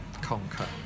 conquer